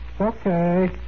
okay